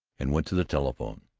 and went to the telephone.